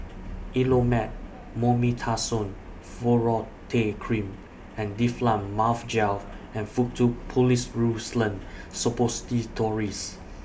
Elomet Mometasone Furoate Cream and Difflam Mouth Gel and Faktu Policresulen Suppositories